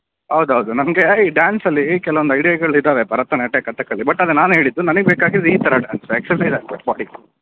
ಹೌದ್ ಹೌದು ನನಗೆ ಈ ಡ್ಯಾನ್ಸಲ್ಲಿ ಕೆಲವೊಂದು ಐಡ್ಯಾಗಳಿದ್ದಾವೆ ಭರತನಾಟ್ಯ ಕಥಕ್ಕಳಿ ಬಟ್ ಅದು ನಾನು ಹೇಳಿದ್ದು ನನಗೆ ಬೇಕಾಗಿರದು ಈ ಥರ ಡ್ಯಾನ್ಸ್ ಎಕ್ಸಸೈಜ್ ಆಗ್ಬೇಕು ಬಾಡಿಗೆ